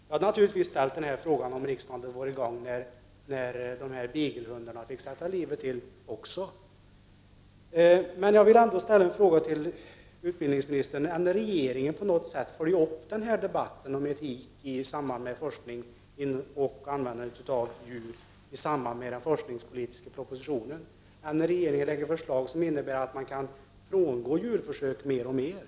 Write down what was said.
Jag hade naturligtvis också ställt denna fråga om riksdagen hade varit i gång när beaglehundarna fick sätta livet till.